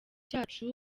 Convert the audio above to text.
cyacu